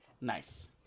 Nice